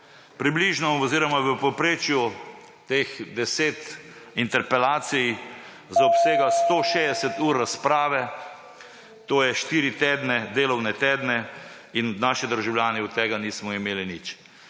Približno oziroma v povprečju teh 10 interpelacij zaobsega 160 ur razprave, to je štiri tedne, delovne tedne, in naši državljani od tega nismo imeli nič.